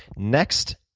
next,